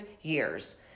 years